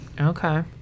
Okay